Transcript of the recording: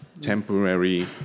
temporary